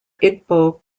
igbo